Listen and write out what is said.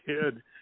kid